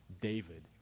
David